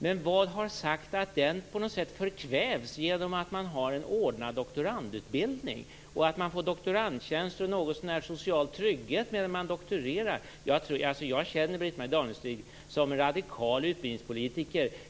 Men vad har sagt att detta förkvävs genom att man har en ordnad doktorandutbildning och något så när social trygghet medan man doktorerar? Jag känner Britt-Marie Danestig som en radikal utbildningspolitiker.